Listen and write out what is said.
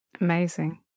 Amazing